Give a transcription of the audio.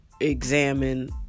examine